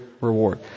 reward